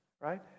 right